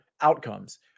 outcomes